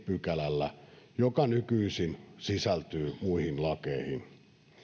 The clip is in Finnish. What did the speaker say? pykälällä joka nykyisin sisältyy muihin lakeihin